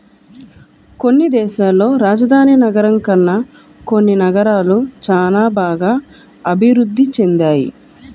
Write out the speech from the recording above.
కొన్ని దేశాల్లో రాజధాని నగరం కన్నా కొన్ని నగరాలు చానా బాగా అభిరుద్ధి చెందాయి